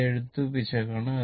ഇത് എഴുത്ത് പിശകാണ്